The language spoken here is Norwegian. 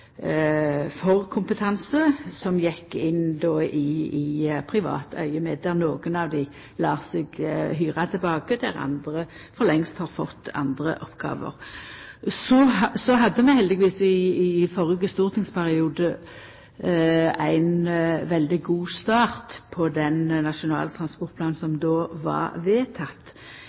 for kompetanse som gjekk inn i privat augeméd, der nokre av dei lét seg hyra tilbake, og der andre for lengst har fått andre oppgåver. Så hadde vi heldigvis i den førre stortingsperioden ein veldig god start på den nasjonale transportplanen som då var